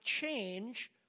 change